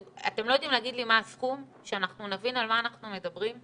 אתם לא יודעים להגיד לי מה הסכום שאנחנו נבין על מה אנחנו מדברים.